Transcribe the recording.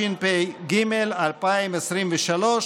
התשפ"ג 2023,